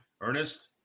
Ernest